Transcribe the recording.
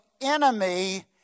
enemy